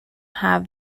have